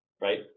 Right